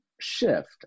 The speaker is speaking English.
shift